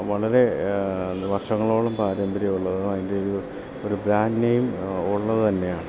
വളരെ വർഷങ്ങളോളം പാരമ്പര്യമുള്ളതും അതിൻ്റെ ഒരു ഒരു ബ്രാൻഡ് നെയിം ഉള്ളത് തന്നെയാണ്